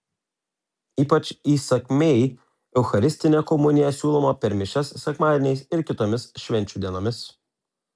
ypač įsakmiai eucharistinė komunija siūloma per mišias sekmadieniais ir kitomis švenčių dienomis